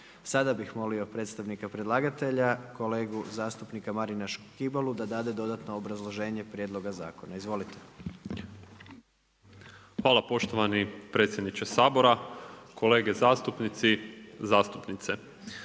Sada bih molio predstavnika predlagatelja kolegu zastupnika Marina Škibolu da dade dodatno obrazloženje prijedloga zakona. Izvolite. **Škibola, Marin (Nezavisni)** Hvala poštovani predsjedniče Sabora. Kolege zastupnici, zastupnice.